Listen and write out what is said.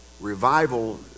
revival